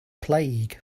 plague